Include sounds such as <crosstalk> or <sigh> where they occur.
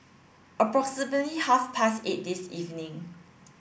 <unintelligible> half past eight this evening